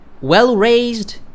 well-raised